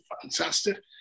fantastic